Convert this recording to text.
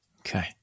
okay